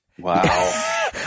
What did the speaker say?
Wow